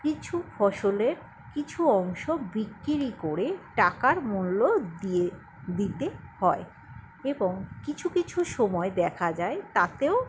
কিছু ফসলের কিছু অংশ বিক্রি করে টাকার মূল্য দিয়ে দিতে হয় এবং কিছু কিছু সময় দেখা যায় তাতেও